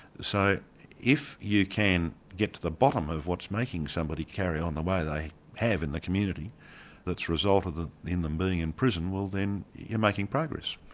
so if you can get to the bottom of what's making somebody carry on the way they have in the community that's resulted in them being in prison, well then you're making progress.